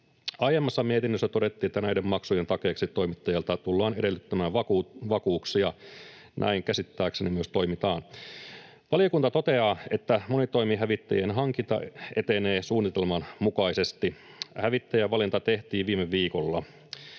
Aiemmassa mietinnössä todettiin, että näiden maksujen takeeksi toimittajalta tullaan edellyttämään vakuuksia. Näin käsittääkseni myös toimitaan. Valiokunta toteaa, että monitoimihävittäjien hankinta etenee suunnitelman mukaisesti. Hävittäjävalinta tehtiin viime viikolla.